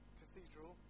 cathedral